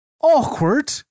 awkward